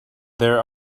there